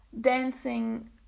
dancing